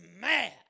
mad